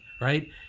right